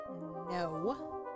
No